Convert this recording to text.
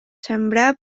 sembrar